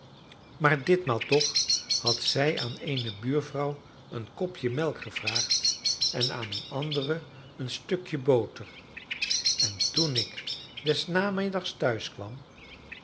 maar ditmaal toch had zij aan eene buurvrouw een kopje melk gevraagd en aan eene andere een stukje boter en toen ik des namiddags